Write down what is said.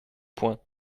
point